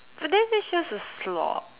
but then this is just a slot